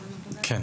כן.